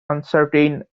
uncertain